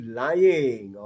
lying